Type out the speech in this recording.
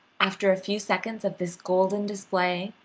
after a few seconds of this golden display,